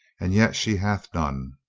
and yet she hath none.